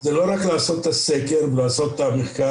זה לא רק לעשות את הסקר ולעשות את המחקר,